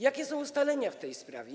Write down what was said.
Jakie są ustalenia w tej sprawie?